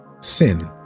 sin